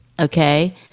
okay